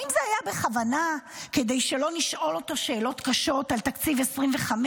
האם זה היה בכוונה כדי שלא נשאל אותו שאלות קשות על תקציב 2025,